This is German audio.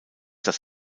das